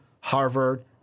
Harvard